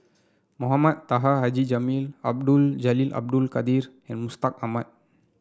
Mohamed Taha Haji Jamil Abdul Jalil Abdul Kadir and Mustaq Ahmad